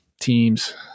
teams